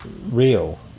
real